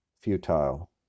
futile